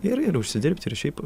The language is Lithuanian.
ir ir užsidirbti ir šiaip